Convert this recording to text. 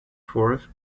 fourth